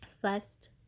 First